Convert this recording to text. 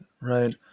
Right